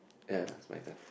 ya is my turn